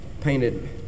painted